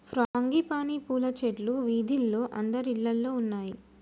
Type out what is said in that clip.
frangipani పూల చెట్లు వీధిలో అందరిల్లల్లో ఉన్నాయి